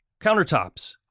countertops